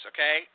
Okay